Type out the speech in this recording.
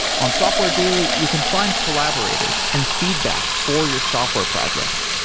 on software daily, you can find collaborators and feedback for your software project.